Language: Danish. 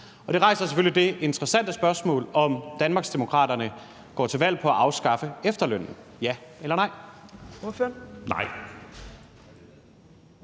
Det rejser selvfølgelig det interessante spørgsmål, om Danmarksdemokraterne går til valg på at afskaffe efterlønnen – ja eller nej?